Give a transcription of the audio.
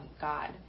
God